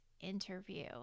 interview